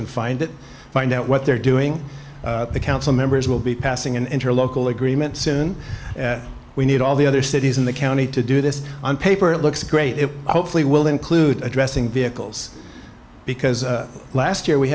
and find that find out what they're doing the council members will be passing and her local agreements in we need all the other cities in the county to do this on paper it looks great it hopefully will include addressing vehicles because last year we